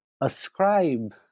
ascribe